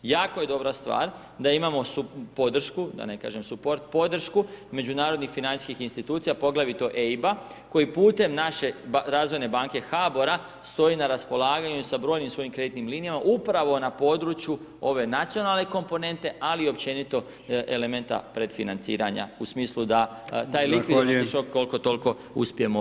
Jako je dobra stvar da imamo supodršku, da ne kažem support, podršku međunarodnih financijskih institucija, poglavito EIB-a, koji putem naše razvojne banke HBOR-a, stoji na raspolaganju sa brojnim svojim kreditnim linijama upravo na području ove nacionalne komponente, ali općenito elementa predfinanciranja, u smislu da taj likvidnosni šok, koliko toliko uspijemo